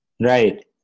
Right